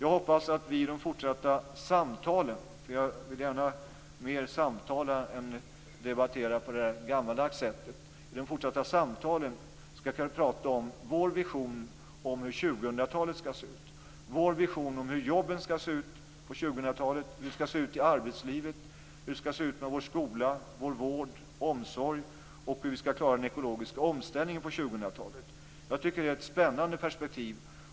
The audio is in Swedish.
Jag hoppas att vi i de fortsatta samtalen - jag vill gärna mer samtala än debattera på det gammaldags sättet - skall kunna prata om vår vision om hur 2000 talet skall se ut, vår vision om hur jobben skall se ut på 2000-talet och hur det skall se ut i arbetslivet, vår skola, vård, omsorg och hur vi skall klara den ekologiska omställningen på 2000-talet. Jag tycker att det är ett spännande perspektiv.